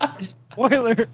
Spoiler